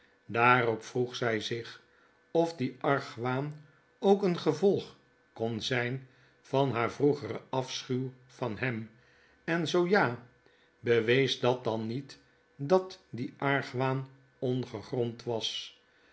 daarop vroeg zy zich of die argwaan ook een gevolg kon zijn van haar vroegeren afschuw van hem en zoo ja bewees dat dan niet dat die argwaan ongegrond was